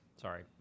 Sorry